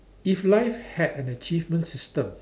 if life had an achievement system